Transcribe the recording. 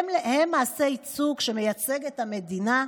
הם מעשה ייצוג שמייצג את המדינה,